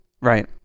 right